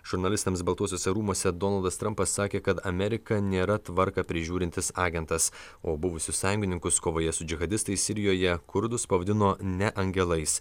žurnalistams baltuosiuose rūmuose donaldas trampas sakė kad amerika nėra tvarką prižiūrintis agentas o buvusius sąjungininkus kovoje su džihadistais sirijoje kurdus pavadino ne angelais